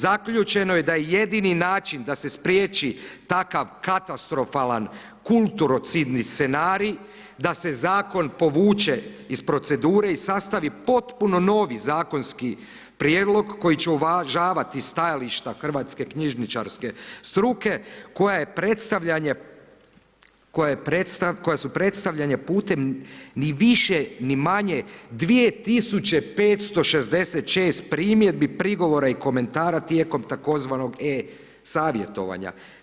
Zaključeno je da je jedini način da se spriječi takav katastrofalan kulturocidni scenarij da se zakon povuče iz procedure i sastavi potpuno novi zakonski prijedlog koji će uvažavati stajališta hrvatske knjižničarske struke koje su predstavljene putem, ni više ni manje 2566 primjedbi, prigovora i komentara tijekom tzv. e savjetovanja.